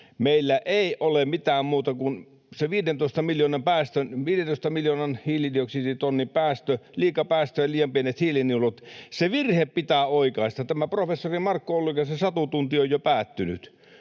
Meillä ei ole mitään muuta kuin se 15 miljoonan hiilidioksiditonnin liikapäästö ja liian pienet hiilinielut — se virhe pitää oikaista. Tämä professori Markku Ollikaisen satutunti on jo päättynyt.